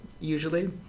usually